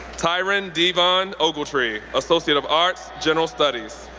tyren devon ogletree, associate of arts, general studies.